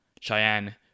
Cheyenne